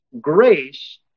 grace